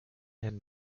and